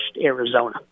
Arizona